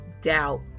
doubt